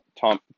Tom